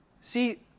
See